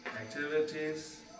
activities